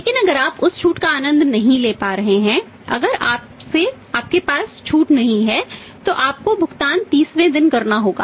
लेकिन अगर आप उस छूट का आनंद नहीं ले पा रहे हैं अगर आपके पास छूट नहीं है तो आपको भुगतान 30 वें दिन करना होगा